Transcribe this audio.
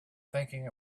thinking